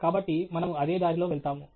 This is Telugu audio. కాబట్టి మనము అదే దారిలో వెళ్తాము